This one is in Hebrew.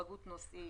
היפגעות נוסעים,